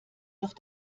doch